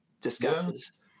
discusses